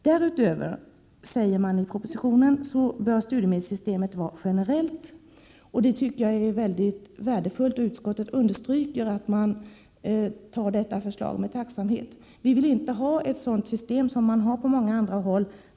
Därutöver, sägs det i propositionen, bör studiemedelssystemet vara generellt, och det tycker jag är mycket värdefullt. Utskottet understryker att man mottar detta förslag med tacksamhet. Vi vill inte ha ett sådant system som förekommer på en hel del andra håll.